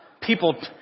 People